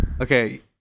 okay